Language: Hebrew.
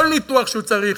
כל ניתוח שהוא צריך,